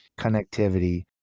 connectivity